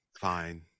fine